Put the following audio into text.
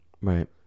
Right